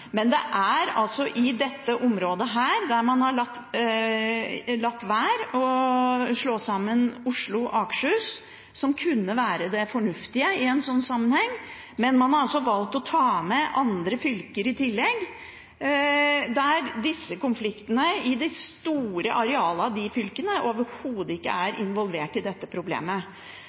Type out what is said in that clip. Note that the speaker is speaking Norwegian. Men man har altså valgt å ta med andre fylker i tillegg, der konfliktene i de store arealene av disse fylkene overhodet ikke er involvert i dette problemet.